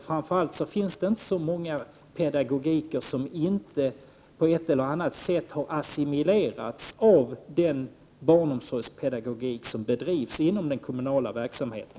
Framför allt finns det inte så många olika slag av pedagogik, som inte på ett eller annat sätt har assimilerats av den barnpedagogik som finns inom den kommunala verksamheten.